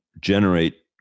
generate